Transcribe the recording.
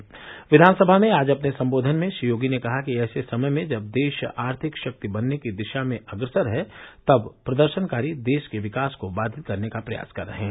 क्वानसभा में आज अपने संबोधन में श्री योगी ने कहा कि ऐसे समय में जब देश आर्थिक शक्ति बनने की दिशा में अग्रसर है तब प्रदर्शनकारी देश के विकास को बाधित करने का प्रयास कर रहे हैं